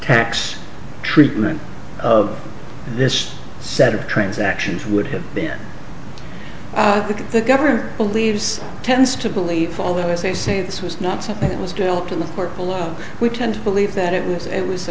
tax treatment of this set of transactions would have been because the governor believes tends to believe although as they say this was not something that was developed in the court below we tend to believe that it was it was